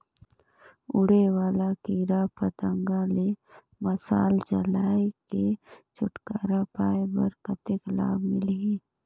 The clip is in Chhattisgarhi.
उड़े वाला कीरा पतंगा ले मशाल जलाय के छुटकारा पाय बर कतेक लाभ मिलही?